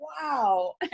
Wow